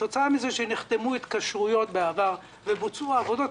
כתוצאה מזה שנחתמו התקשרויות בעבר ובוצעו עבודות,